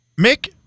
Mick